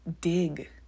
dig